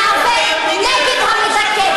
להיאבק נגד המדכא.